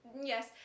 Yes